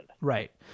right